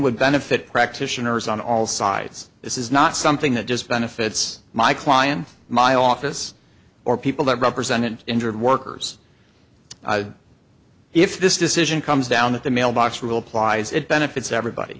would benefit practitioners on all sides this is not something that just benefits my client my office or people that represent injured workers if this decision comes down that the mailbox rule applies it benefits everybody